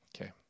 Okay